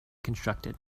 constructed